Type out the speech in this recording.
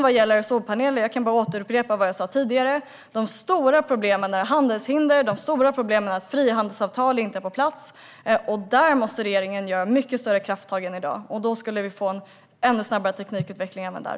Vad gäller solpaneler kan jag bara upprepa vad jag sa tidigare. De stora problemen är handelshinder och att frihandelsavtal inte är på plats. Där måste regeringen ta mycket större krafttag än i dag. Då skulle vi få ännu snabbare teknikutveckling även där.